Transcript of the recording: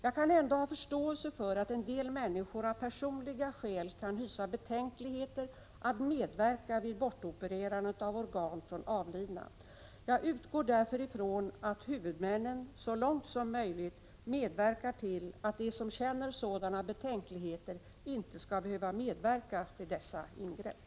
Jag kan ändå ha förståelse för att en del människor av personliga skäl kan hysa betänkligheter att medverka vid bortopererandet av organ från avlidna. Jag utgår därför ifrån att huvudmännen — så långt som möjligt — medverkar till att de som känner sådana betänkligheter inte skall behöva medverka vid dessa ingrepp.